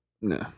No